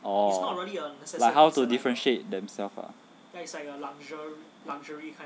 oh like how to differentiate themselves ah